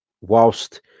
whilst